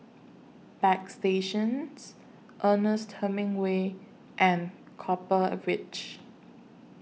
Bagstationz Ernest Hemingway and Copper Ridge